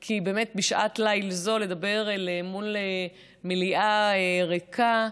כי באמת, בשעת ליל זו לדבר מול מליאה ריקה,